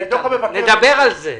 איתן, נדבר על זה.